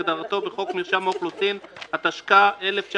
כהגדרתו בחוק מרשם האוכלוסין, התשכ"ה-1965,